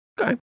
Okay